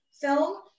film